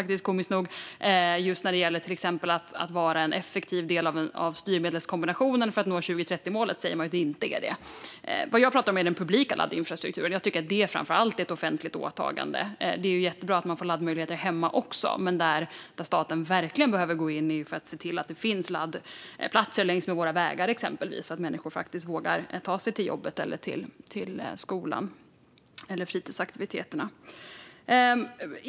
De säger till exempel att detta inte är en effektiv del i styrmedelskombinationen för att nå 2030-målet. Vad jag talar om är den publika laddinfrastrukturen. Jag tycker att framför allt det borde vara ett offentligt åtagande. Det är jättebra att man får laddmöjligheter även hemma. Men där staten verkligen behöver gå in och se till att laddplatser finns är exempelvis längs med vägarna så att människor vågar ta sig till jobbet, skolan eller fritidsaktiviteter.